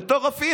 מטורפים.